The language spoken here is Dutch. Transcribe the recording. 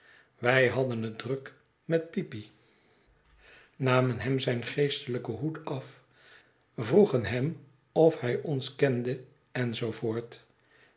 wij hadden het druk met peepy namen hem zijn geestelijken hoed af vroegen hem of hij ons kende